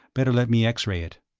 better let me x-ray it.